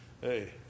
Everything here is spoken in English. hey